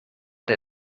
der